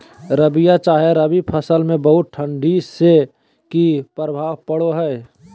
रबिया चाहे रवि फसल में बहुत ठंडी से की प्रभाव पड़ो है?